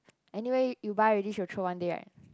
anyway you buy already she will throw one day right